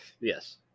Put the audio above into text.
Yes